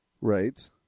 right